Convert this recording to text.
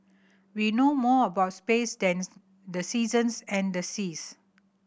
we know more about space than the seasons and the seas